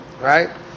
right